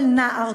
כל נער,